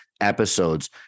episodes